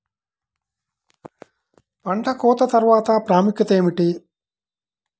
పంట కోత తర్వాత ప్రాముఖ్యత ఏమిటీ?